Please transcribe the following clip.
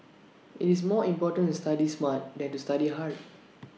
IT is more important to study smart than to study hard